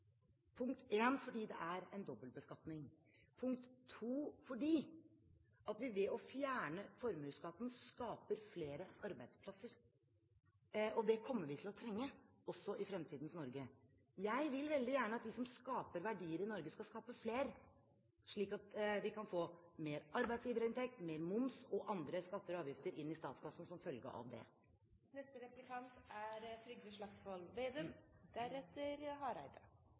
Punkt én fordi det er en dobbeltbeskatning. Punkt to fordi vi ved å fjerne formuesskatten skaper flere arbeidsplasser, og det kommer vi til å trenge, også i fremtidens Norge. Jeg vil veldig gjerne at de som skaper verdier i Norge, skal skape flere, slik at vi kan få mer arbeidsgiverinntekt, mer moms og andre skatter og avgifter inn i statskassen som følge av det. Det er